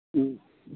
ओम